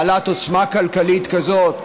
בעלת עוצמה כלכלית כזאת,